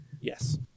Yes